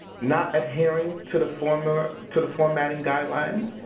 not adhering to the format to the formatting guidelines,